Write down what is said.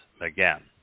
again